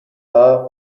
haar